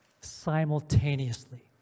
simultaneously